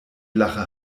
lache